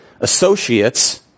associates